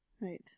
Right